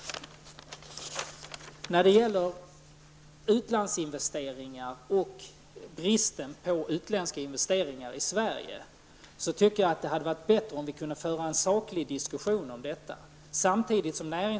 När det gäller utlandsinvesteringar och bristen på utländska investeringar i Sverige, tycker jag att det hade varit bättre om vi hade kunnat föra en saklig diskussion om detta.